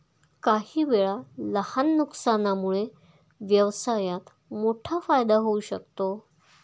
काहीवेळा लहान नुकसानामुळे व्यवसायात मोठा फायदा होऊ शकतो